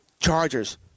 Chargers